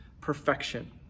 perfection